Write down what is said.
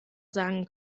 sagen